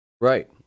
Right